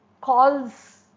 calls